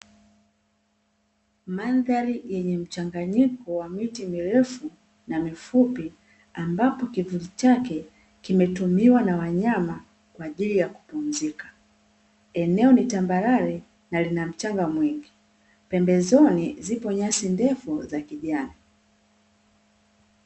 Mandhari yenye mchanganyiko wa miti mirefu na mifupi ambapo kivuli chake kimetumiwa na wanyama kwaajili ya kupumzika, eneo ni tambarare na lina mchanga mwingi pembezoni zipo nyasi ndefu za kijani.